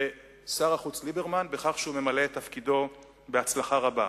בשר החוץ ליברמן, שהוא ממלא את תפקידו בהצלחה רבה.